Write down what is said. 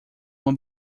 uma